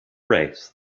race